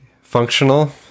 functional